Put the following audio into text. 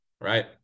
right